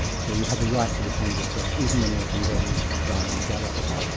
so you have a right to defend yourself even when you're condemned to die on the gallows,